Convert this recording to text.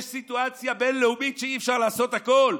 יש סיטואציה בין-לאומית שאי-אפשר לעשות הכול,